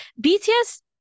BTS